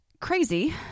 crazy